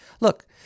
Look